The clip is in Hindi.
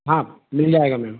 हाँ मिल जाएगा मैम